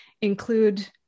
include